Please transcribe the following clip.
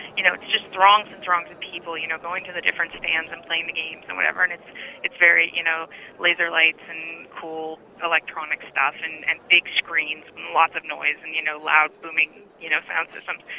you know just throngs and throngs of people you know going to the different stands and playing the games and whatever, and it's it's very you know laser lights and cool electronic stuff and and big screens and lots of noise and you know loud booming you know sound systems.